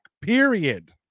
period